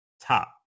top